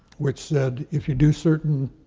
which said, if you do certain,